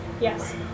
Yes